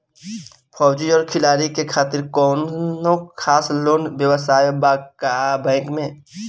फौजी और खिलाड़ी के खातिर कौनो खास लोन व्यवस्था बा का बैंक में?